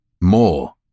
more